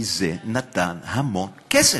אלא כי זה נתן המון כסף.